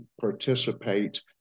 participate